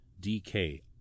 DK